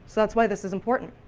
that's why this is important.